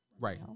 Right